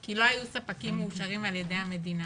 כי לא היו ספקים מאושרים על ידי המדינה.